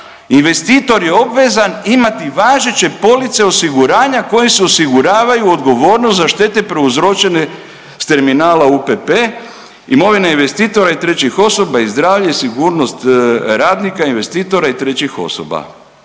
„Investitor je obvezan imati važeće police osiguranja kojim se osiguravaju odgovornost za štete prouzročene s terminala UPP, imovine investitora i trećih osoba, i zdravlje i sigurnost radnika, investitora i trećih osoba.“